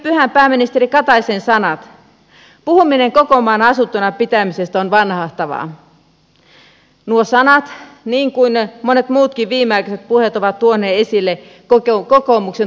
mutta pääministeri kataisen sanat puhuminen koko maan asuttuna pitämisestä on vanhahtavaa viime pyhänä niin kuin monet muutkin viimeaikaiset puheet ovat tuoneet esille kokoomuksen todelliset karvat